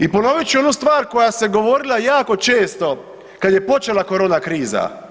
I ponovit ću i onu stvar koja se govorila jako često kad je počela korona kriza.